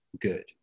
good